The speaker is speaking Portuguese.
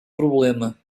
problema